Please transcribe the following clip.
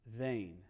vain